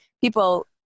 people